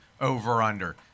over/under